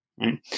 right